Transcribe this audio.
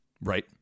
right